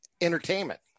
Entertainment